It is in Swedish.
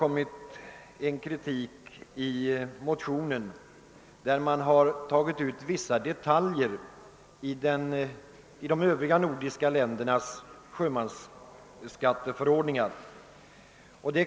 Motionärerna har ochså tagit ut vissa detaljer i de övriga nordiska ländernas sjömansskatteförordningar.